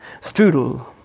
strudel